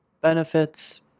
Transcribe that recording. benefits